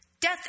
death